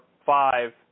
five